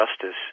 justice